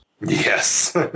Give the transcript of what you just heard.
Yes